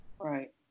Right